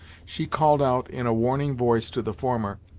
she called out in a warning voice to the former,